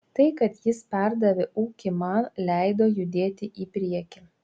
tai kad jis pardavė ūkį man leido judėti į priekį